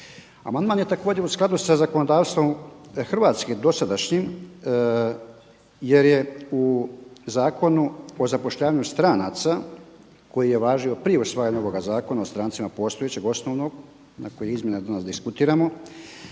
Amandman je također u skladu sa zakonodavstvom hrvatskim dosadašnjim jer je u Zakonu o zapošljavanju stranaca koji je važio prije usvajanja ovoga Zakona o strancima postojećeg, osnovnog na kojem izmjene danas diskutiramo